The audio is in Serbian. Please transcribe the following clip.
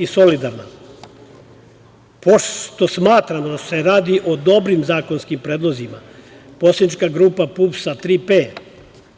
i solidarna. Pošto smatramo da se radi o dobrim zakonskim predlozima, poslanička grupa PUPS -